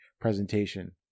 presentation